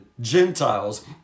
Gentiles